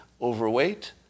overweight